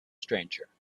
stranger